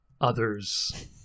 others